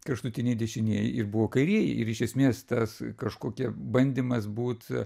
kraštutiniai dešinieji ir buvo kairieji ir iš esmės tas kažkokie bandymas būt